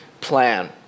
plan